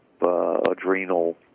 adrenal